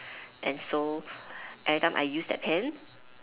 and so every time I use that pen